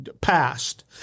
passed